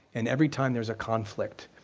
and every time there's a conflict,